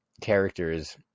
characters